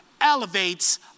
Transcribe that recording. elevates